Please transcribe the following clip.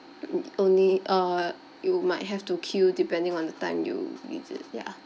mm only err you might have to queue depending on the time you visit ya